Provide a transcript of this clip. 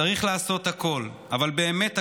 צריך לעשות הכול, אבל באמת הכול,